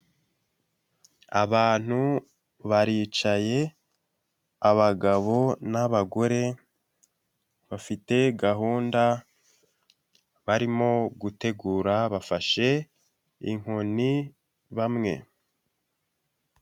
Abantu baricaye abagabo n'abagore bafite gahunda barimo gutegura bafashe inkoni bamwe.